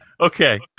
Okay